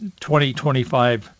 2025